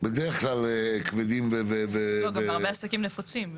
בדרך-כלל כבדים -- זה גם בהרבה עסקים נפוצים.